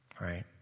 Right